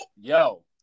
yo